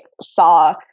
saw